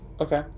Okay